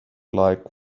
like